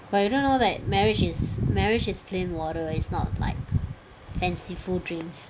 but you do know that marriage is marriage is plain water it's not like fanciful drinks